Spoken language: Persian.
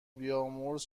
بیامرز